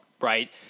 right